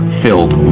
filled